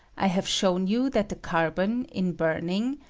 i have shown you that the carbon, in burning,